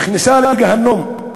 נכנסה לגיהינום.